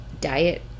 diet